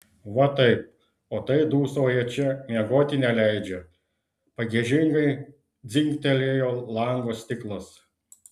va taip o tai dūsauja čia miegoti neleidžia pagiežingai dzingtelėjo lango stiklas